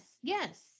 yes